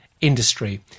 industry